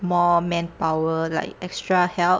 more manpower like extra help